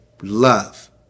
love